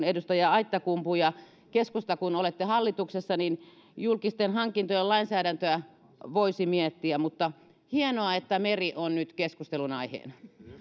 edustaja aittakumpu keskusta kun olette hallituksessa niin julkisten hankintojen lainsäädäntöä voisi miettiä mutta hienoa että meri on nyt keskustelunaiheena